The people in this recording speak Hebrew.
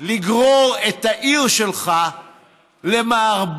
לגרור את העיר שלך למערבולת